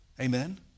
Amen